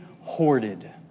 hoarded